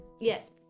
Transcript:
Yes